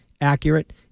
accurate